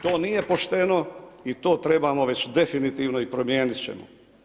To nije pošteno i to trebamo već definitivno i promijenit ćemo.